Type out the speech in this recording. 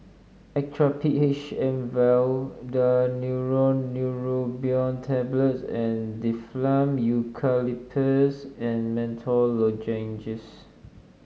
Actrapid H M vial Daneuron Neurobion Tablets and Difflam Eucalyptus and Menthol Lozenges